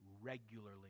regularly